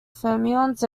fermions